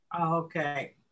Okay